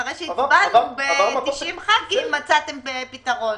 אחרי שהצבענו עם 90 חברי כנסת, מצאתם פתרון.